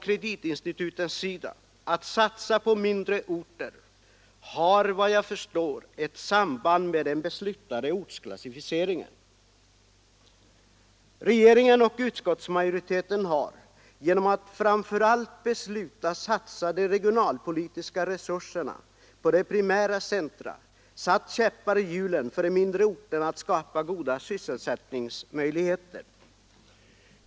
Kreditinstitutens ovilja att satsa på mindre orter har efter vad jag förstår ett samband med den beslutade ortsklassificeringen. Regeringen och utskottsmajoriteten har genom beslutet att framför allt satsa de regionalpolitiska resurserna på de primära centra satt käppar i hjulen för de mindre orternas strävan att skapa goda sysselsättningsmöjligheter.